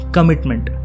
Commitment